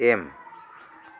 M